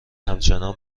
همچنان